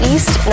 East